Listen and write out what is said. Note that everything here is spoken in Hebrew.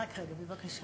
רק רגע בבקשה.